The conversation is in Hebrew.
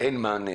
אין מענה